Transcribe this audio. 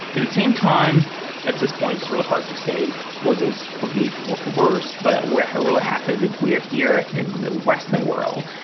at the same time at this point, it's really hard to say whether it's for good or for worse. but we're really happy that we are here in the western world,